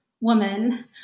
woman